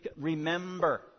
remember